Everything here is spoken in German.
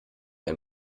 ein